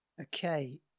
Okay